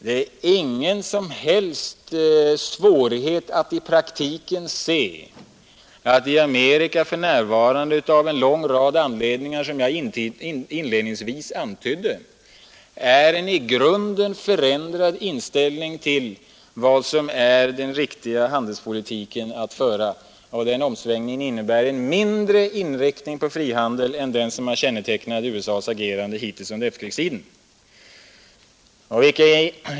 Det är ingen som helst svårighet att se att inställningen där för närvarande — av en lång rad anledningar som jag inledningsvis antydde — till vilken handelspolitik som är riktigast att föra i grunden har förändrats. Den omsvängningen innebär en mindre inriktning på frihandel än den som har kännetecknat USA:s agerande hittills under efterkrigstiden.